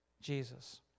Jesus